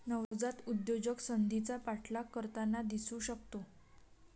नवजात उद्योजक संधीचा पाठलाग करताना दिसू शकतो